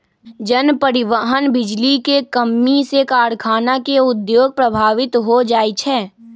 जन, परिवहन, बिजली के कम्मी से कारखाना के उद्योग प्रभावित हो जाइ छै